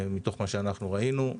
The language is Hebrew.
מתוך מה שאנחנו ראינו.